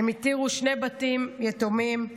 הם הותירו שני בנים יתומים,